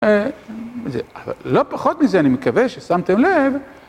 לא פחות מזה אני מקווה ששמתם לב.